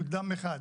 אנחנו דם אחד,